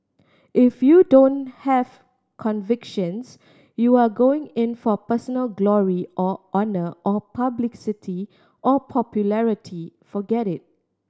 if you don't have convictions you are going in for personal glory or honour or publicity or popularity forget it